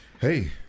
Hey